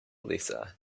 lisa